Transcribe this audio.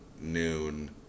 noon